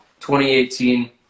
2018